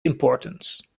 importance